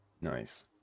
Nice